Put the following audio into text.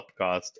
podcast